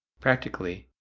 practically,